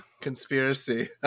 conspiracy